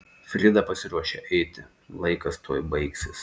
frida pasiruošė eiti laikas tuoj baigsis